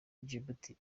djibouti